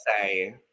say